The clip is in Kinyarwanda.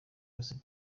yose